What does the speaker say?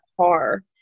car